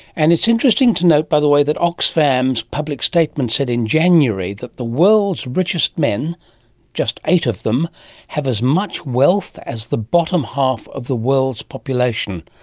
and it's interesting to note, by the way, that oxfam's public statement said in january that the world's right richest men just eight of them have as much wealth as the bottom half of the world's population.